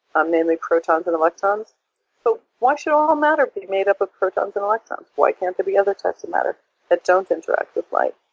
um mainly protons and electrons. but why should all matter be made up of protons and electrons? why can't there be other types of matter that don't interact with light?